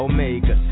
Omega